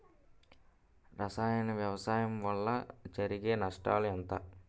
రసాయన వ్యవసాయం వల్ల జరిగే నష్టాలు ఏంటి?